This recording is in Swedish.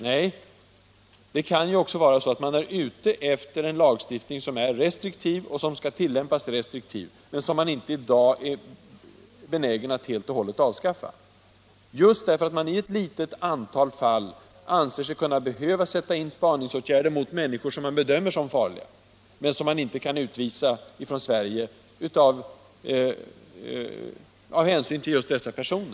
Nej, det kan också vara så, att man är ute efter en lagstiftning som är restriktiv och som också skall tillämpas återhållsamt, men som man i dag inte är benägen att helt avskaffa, just därför att man i ett litet antal fall anser sig behöva sätta in spaningsåtgärder mot människor som bedöms som farliga, men som inte kan utvisas från Sverige av hänsyn till risken för politisk förföljelse.